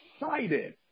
excited